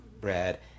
bread